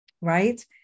right